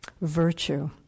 virtue